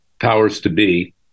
powers-to-be